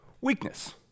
weakness